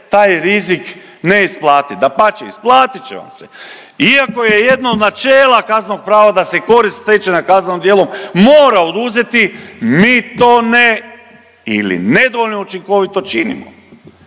taj rizik ne isplatit. Dapače, isplatit će vam se. Iako je jedno od načela kaznenog prava da se korist stečena kaznenim djelom mora oduzeti mi to ne ili ne dovoljno učinkovito činimo.